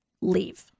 leave